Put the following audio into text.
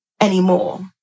anymore